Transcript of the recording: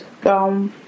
Go